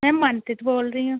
ਮੈਂ ਮਨਪ੍ਰੀਤ ਬੋਲ ਰਹੀ ਹਾਂ